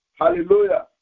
Hallelujah